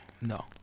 No